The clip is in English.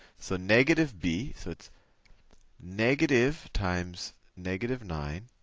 so negative b, so it's negative times negative nine.